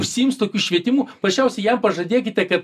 užsiims tokiu švietimu paprasčiausiai jam pažadėkite kad